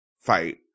fight